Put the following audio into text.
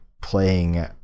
playing